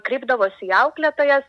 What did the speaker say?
kreipdavosi į auklėtojas